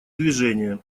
движение